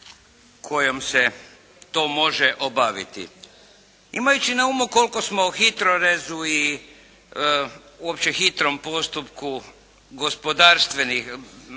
kojom se to može obaviti. Imajući na umu koliko smo HITRORezom i uopće hitrom postupku prema gospodarstvenim